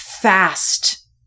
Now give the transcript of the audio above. fast